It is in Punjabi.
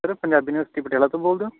ਸਰ ਪੰਜਾਬੀ ਯੂਨੀਵਰਸਿਟੀ ਪਟਿਆਲਾ ਤੋਂ ਬੋਲਦੇ ਹੋ